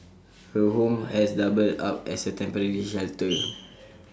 her home has doubled up as A temporary shelter